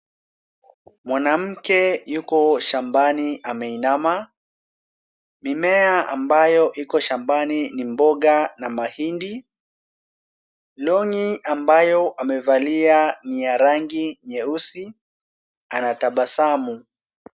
Mwanamke yuko shambani ameinama. Mimea ambayo iko shambani ni mboga na mahindi. Long'i ambayo amevalia ni ya rangi nyeusi, anatabasamu.